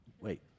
Wait